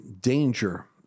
danger